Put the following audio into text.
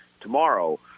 tomorrow